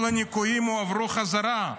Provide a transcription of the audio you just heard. כל הניכויים הועברו חזרה.